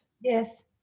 Yes